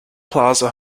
plaza